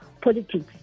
politics